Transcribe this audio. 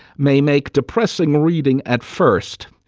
may make depressing reading at first.